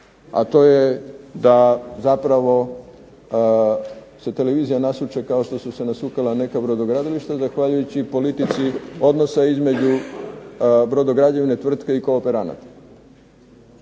a to je da zapravo se televizija nasuče kao što su se nasukala neka brodogradilišta zahvaljujući i politici odnosa između brodograđevne tvrtke i kooperanata.